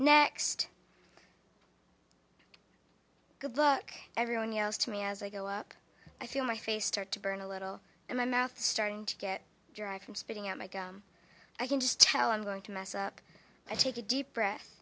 next good luck everyone yells to me as i go up i feel my face start to burn a little and my mouth starting to get dry from spitting out my girl i can just tell i'm going to mess up i take a deep breath